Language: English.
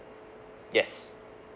yes